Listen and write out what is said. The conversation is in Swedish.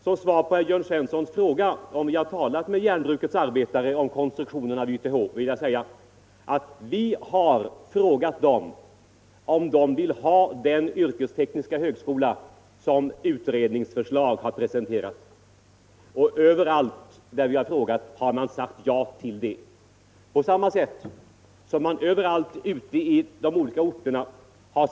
Som svar på herr Svenssons fråga om jag har talat med järnbrukets arbetare om konstruktionen av YTH, vill jag svara att vi har frågat dem om de vill ha den yrkestekniska högskola som presenteras i utredningsförslaget. Överallt har man svarat ja. Överallt i de olika orter utskottet besökt har man också sagt ja till nya utbildningsmöjligheter.